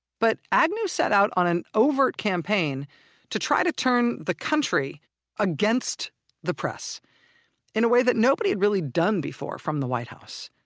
but agnew set out on an overt campaign to try to turn the country against the press in a way that nobody had really done before from the white house